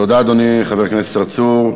תודה, אדוני, חבר הכנסת צרצור.